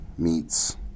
meets